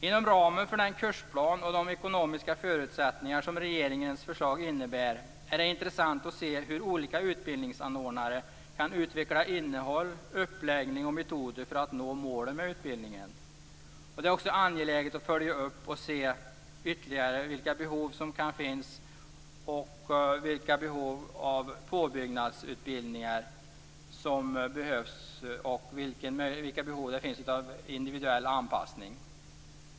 Inom ramen för den kursplan och de ekonomiska förutsättningar som regeringens förslag innebär är det intressant att se hur olika utbildningsanordnare kan utveckla innehåll, uppläggning och metoder för att nå målet med utbildningen. Det är också angeläget att följa upp vilka ytterligare behov som kan finnas av påbyggnadsutbildningar och individuell anpassning.